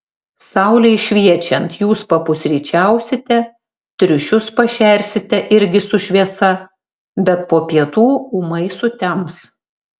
saulei šviečiant jūs papusryčiausite triušius pašersite irgi su šviesa bet po pietų ūmai sutems